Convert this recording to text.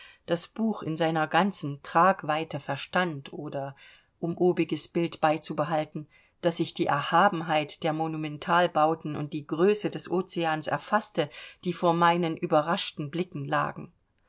das buch in seiner ganzen tragweite verstand oder um obiges bild beizubehalten daß ich die erhabenheit der monumentalbauten und die größe des ozeans erfaßte die vor meinen überraschten blicken lagen